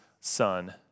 son